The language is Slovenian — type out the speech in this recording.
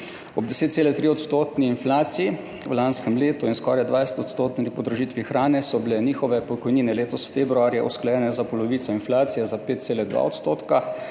Ob 10,3-odstotni inflaciji v lanskem letu in skoraj 20-odstotni podražitvi hrane so bile njihove pokojnine letos februarja usklajene za polovico inflacije, za 5,2 %,